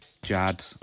Jad